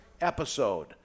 episode